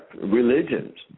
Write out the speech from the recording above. religions